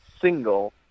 single